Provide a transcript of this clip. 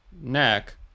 neck